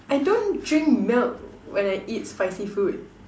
I don't drink milk when I eat spicy food